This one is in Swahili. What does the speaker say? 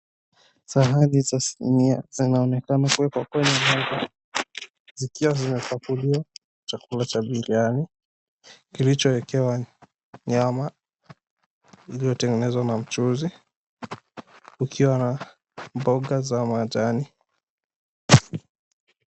Sahani za sinia zinaonekana kuwekwa kwenye meza zikiwa zimepakuliwa chakula cha biriani kilichoekewa nyama iliyotengenezwa na mchuzi ukiwa na mboga za majani.